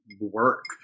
work